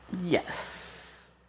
yes